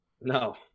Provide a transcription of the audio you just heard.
no